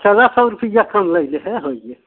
चल सौ रुपिया कम ले लेह होई जाई